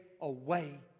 Away